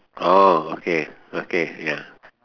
orh okay okay ya